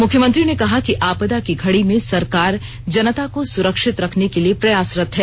मुख्यमंत्री ने कहा कि आपदा की घड़ी में सरकार जनता को सुरक्षित रखने के लिए प्रयासरत है